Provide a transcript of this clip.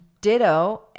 Ditto